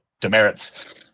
demerits